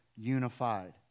unified